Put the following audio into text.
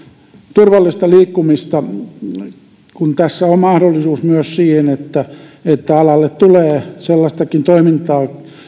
turvallista liikkumista tässä on mahdollisuus myös siihen että että alalle tulee sellaistakin toimintaa